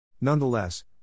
Nonetheless